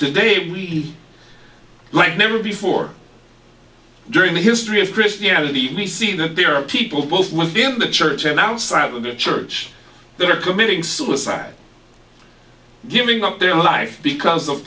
today we like never before during the history of christianity and we see that there are people both within the church and outside of the church that are committing suicide giving up their life because of